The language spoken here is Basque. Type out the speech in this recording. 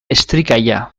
estricalla